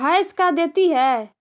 भैंस का देती है?